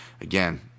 Again